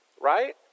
Right